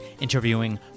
interviewing